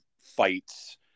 fights